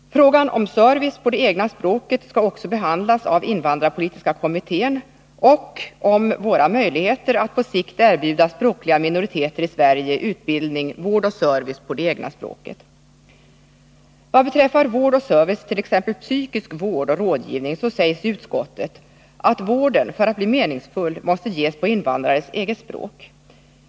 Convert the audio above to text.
Frågan om service på det egna språket skall också behandlas av invandrarpolitiska kommittén, liksom våra möjligheter att på sikt erbjuda språkliga minoriteter i Sverige utbildning, vård och service på det egna språket. Vad beträffar vård och service, t.ex. psykisk vård och rådgivning, sägs i utskottsbetänkandet att vården, för att bli meningsfull, måste ges på invandrarens eget språk.